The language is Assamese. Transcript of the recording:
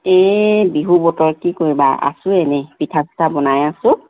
এই বিহু বতৰ কি কৰিবা আছোঁ এনেই পিঠা চিঠা বনাই আছোঁ